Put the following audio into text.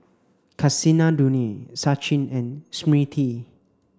Kasinadhuni Sachin and Smriti